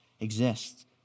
exists